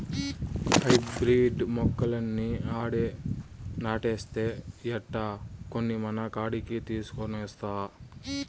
hybrid మొక్కలన్నీ ఆడే నాటేస్తే ఎట్టా, కొన్ని మనకాడికి తీసికొనొస్తా